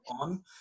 on